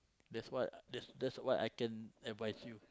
that's what that's that's what I can advice you